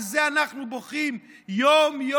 על זה אנחנו בוכים יום-יום,